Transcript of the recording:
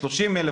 30,000,